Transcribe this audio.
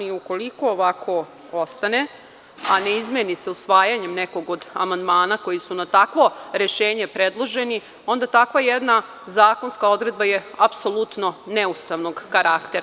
Ukoliko ovako ostane, a ne izmeni se usvajanjem nekog amandmana koji su na takvo rešenje predloženi, onda takva jedna zakonska odredba je apsolutno neustavnog karaktera.